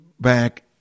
back